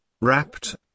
wrapped